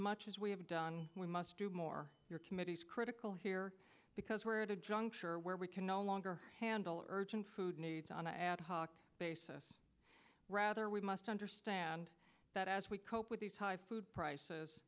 much as we have done we must do more your committee's critical here because we're at a juncture where we can no longer handle urgent food needs on an ad hoc basis rather we must understand that as we cope with these high food prices